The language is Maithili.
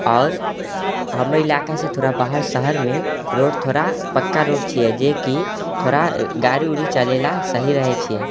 आओर हमर इलाकासँ थोड़ा बाहर शहरमे रोड थोड़ा पक्का रोड छियै जेकि थोड़ा गाड़ी वुड़ि चलै लए सही रहै छियै